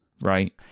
right